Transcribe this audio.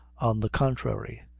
on the contrary,